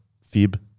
fib